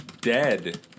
dead